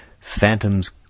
phantoms